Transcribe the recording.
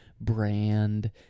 brand